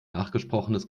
nachgesprochenes